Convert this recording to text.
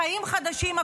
חיים חדשים,